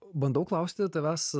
bandau klausti tavęs